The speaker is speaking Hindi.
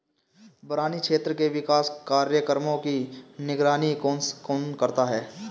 बरानी क्षेत्र के विकास कार्यक्रमों की निगरानी कौन करता है?